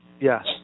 yes